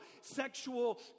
sexual